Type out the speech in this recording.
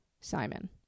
Simon